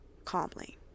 calmly